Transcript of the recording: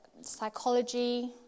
Psychology